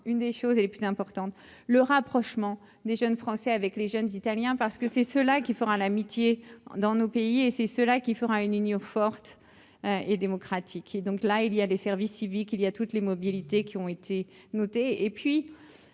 une des choses les plus importantes, le rapprochement des jeunes Français avec les jeunes italiens, parce que c'est cela qui fera l'amitié dans nos pays et c'est cela qui fera une union forte et démocratique et donc là il y a les services civiques, il y a toutes les mobilités qui ont été notés,